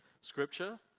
scripture